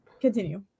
Continue